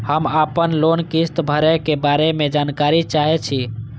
हम आपन लोन किस्त भरै के बारे में जानकारी चाहै छी?